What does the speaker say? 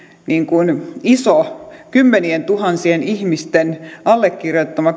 iso kymmenientuhansien ihmisten allekirjoittama